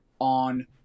on